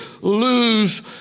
lose